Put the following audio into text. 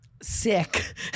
sick